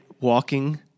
walking